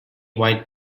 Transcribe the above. white